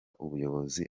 ubuyobozi